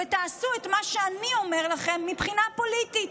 ותעשו את מה שאני אומר לכם מבחינה פוליטית.